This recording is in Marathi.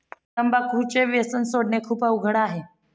तंबाखूचे व्यसन सोडणे खूप अवघड आहे